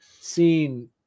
seen